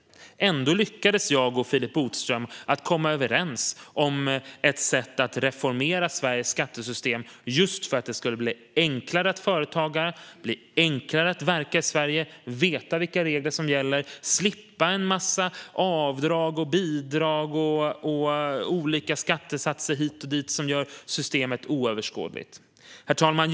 Ändå lyckades jag och Philip Botström komma överens om ett sätt att reformera Sveriges skattesystem för att det skulle bli enklare att företaga, verka i Sverige och veta vilka regler som gäller och slippa en massa avdrag och bidrag och olika skattesatser hit och dit som gör systemet oöverskådligt. Herr talman!